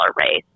race